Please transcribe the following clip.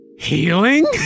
Healing